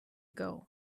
ago